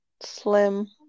slim